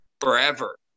forever